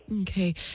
Okay